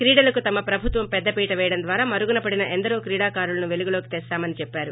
క్రేడలకు తమ ప్రభుత్వం పెద్ద పీట వేయడం ద్వారా మరుగున పడిన ఎందరో క్రీడాకారులను పెలుగులోకి తెస్తామని చెప్పారు